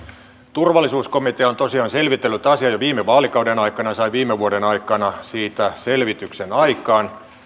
turvallisuuskomitea on tosiaan selvitellyt asiaa jo viime vaalikauden aikana ja sai viime vuoden aikana siitä selvityksen aikaan